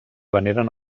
veneren